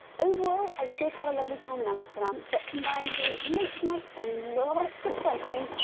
overall, i did have a lovely time in amsterdam but combined with late nights and loooots of cycling,